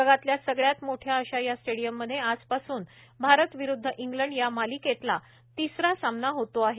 जगातल्या सगळ्यात मोठ्या अशा या स्टेडियममध्ये आजपासून भारत विरुद्ध इंग्लंड या मालिकेतला तिसरा सामना होतो आहे